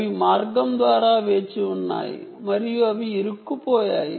అవి మార్గం ద్వారా వేచి ఉన్నాయి మరియు అవి ఇరుక్కుపోయాయి